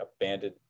abandoned